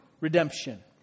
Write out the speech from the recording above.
redemption